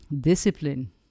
discipline